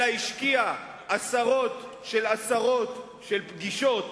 אלא השקיע עשרות על עשרות של פגישות